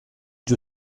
qui